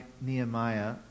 Nehemiah